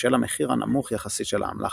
בשל המחיר הנמוך יחסית של האמל"ח